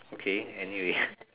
okay anyway